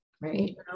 Right